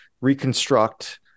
reconstruct